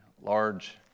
Large